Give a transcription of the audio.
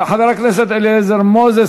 חבר הכנסת אליעזר מוזס,